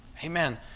Amen